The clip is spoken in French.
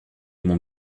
mon